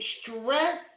stress